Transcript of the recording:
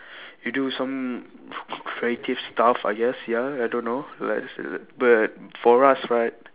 you do some creative stuff I guessed ya I don't know like I said but for us right